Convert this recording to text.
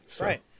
right